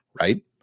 right